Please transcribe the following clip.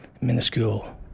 minuscule